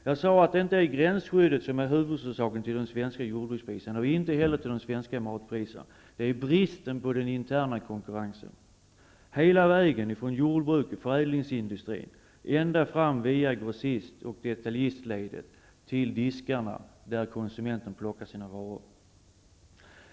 Jag sade att det inte är gränsskyddet som är huvudorsaken till de höga svenska jordbrukspriserna och inte heller till de höga svenska matpriserna. Det är bristen på intern konkurrens, hela vägen från jordbruk och förädlingsindustri via grossist och detaljistled till diskarna där konsumenterna plockar sina varor.